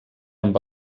amb